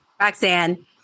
Roxanne